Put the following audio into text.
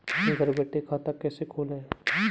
घर बैठे खाता कैसे खोलें?